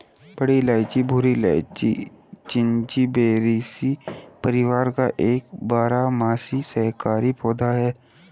बड़ी इलायची भूरी इलायची, जिंजिबेरेसी परिवार का एक बारहमासी शाकाहारी पौधा है